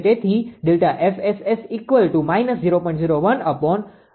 તેથી છે